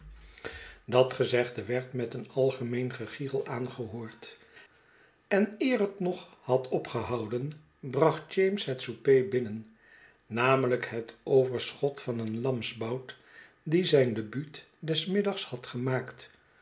dat gezegde werd met een algemeen gegiggel aangehoord en eer het nog had opgehouden bracht james het souper binnen namelijk het overschot van een lamsbout die zijn debut des middags had gemaakt